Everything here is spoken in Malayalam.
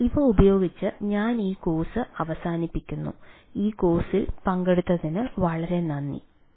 അതിനാൽ ഇവ ഉപയോഗിച്ച് ഞാൻ ഈ കോഴ്സ് അവസാനിപ്പിക്കുന്നു ഈ കോഴ്സിൽ പങ്കെടുത്തതിന് വളരെ നന്ദി